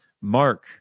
Mark